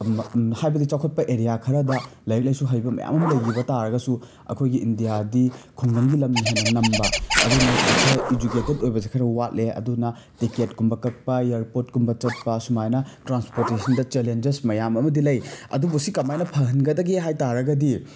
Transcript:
ꯍꯥꯏꯕꯗꯤ ꯆꯥꯎꯈꯠꯄ ꯑꯦꯔꯤꯌꯥ ꯈꯔꯗ ꯂꯥꯏꯔꯤꯛ ꯂꯥꯏꯁꯨꯨ ꯍꯩꯕ ꯃꯌꯥꯝ ꯑꯃ ꯂꯩꯈꯤꯕ ꯇꯥꯔꯒꯁꯨ ꯑꯩꯈꯣꯏꯒꯤ ꯏꯟꯗꯤꯌꯥꯗꯤ ꯈꯨꯡꯒꯪꯒꯤ ꯂꯝꯅ ꯍꯦꯟꯅ ꯅꯝꯕ ꯑꯗꯨꯅ ꯈꯔ ꯏꯖꯨꯀꯦꯇꯦꯠ ꯑꯣꯏꯕꯁꯦ ꯈꯔ ꯋꯥꯠꯂꯦ ꯑꯗꯨꯅ ꯇꯤꯛꯀꯦꯠꯀꯨꯝꯕ ꯀꯛꯄ ꯏꯌꯥꯔꯄꯣꯔꯠꯀꯨꯝꯕ ꯆꯠꯄ ꯁꯨꯃꯥꯏꯅ ꯇ꯭ꯔꯥꯟꯁꯄꯣꯔꯇꯦꯁꯟꯗ ꯆꯦꯂꯦꯟꯖꯦꯁ ꯃꯌꯥꯝ ꯑꯃꯗꯤ ꯂꯩ ꯑꯗꯨꯕꯨ ꯁꯤ ꯀꯃꯥꯏꯅ ꯐꯍꯟꯒꯗꯒꯦ ꯍꯥꯏ ꯇꯥꯔꯒꯗꯤ